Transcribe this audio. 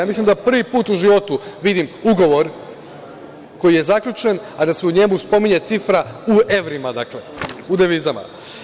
Mislim da prvi put u životu vidim ugovor koji je zaključen, a da se u njemu spominje cifra u evrima, dakle u devizama.